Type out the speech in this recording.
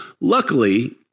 Luckily